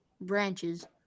branches